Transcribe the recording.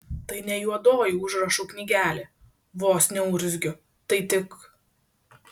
tai ne juodoji užrašų knygelė vos neurzgiu tai tik